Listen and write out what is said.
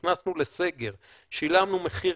נכנסנו לסגר, שילמנו מחיר